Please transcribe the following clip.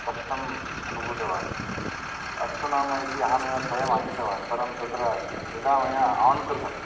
कष्टम् अनुभूतवान् अस्तु नाम इति अहमेव स्वयम् आनीतवान् परं तत्र यदा मया आन् कृतम्